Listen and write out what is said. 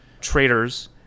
traders